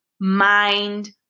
mind